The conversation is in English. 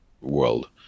world